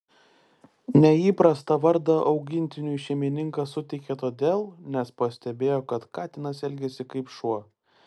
neįprastą vardą augintiniui šeimininkas suteikė todėl nes pastebėjo kad katinas elgiasi kaip šuo